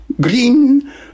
green